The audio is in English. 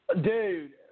Dude